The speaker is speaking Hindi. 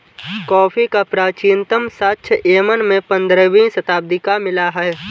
कॉफी का प्राचीनतम साक्ष्य यमन में पंद्रहवी शताब्दी का मिला है